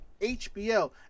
HBO